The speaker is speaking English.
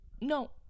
No